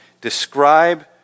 describe